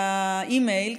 לאימייל,